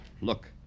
Look